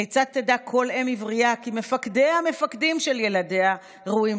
כיצד תדע כל אם עברייה כי מפקדי המפקדים של ילדיה ראויים